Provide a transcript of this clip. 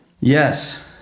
Yes